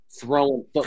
throwing